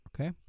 okay